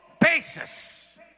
basis